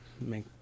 Make